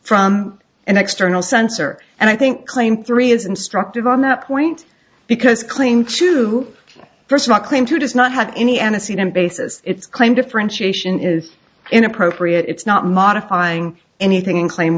from an external sensor and i think claim three is instructive on that point because claim to first not claim to does not have any antecedent bases its claim differentiation is inappropriate it's not modifying anything in claim